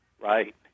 Right